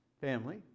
family